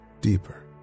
deeper